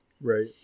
Right